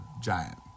giant